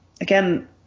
Again